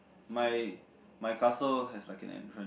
my my castle has like an entrance